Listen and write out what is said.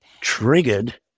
triggered